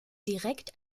direkt